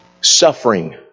suffering